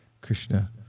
Krishna